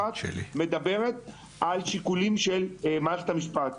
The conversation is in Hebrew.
מותנית בשיקולים של מערכת המשפט.